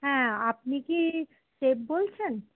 হ্যাঁ আপনি কি শেফ বলছেন